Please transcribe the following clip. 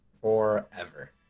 forever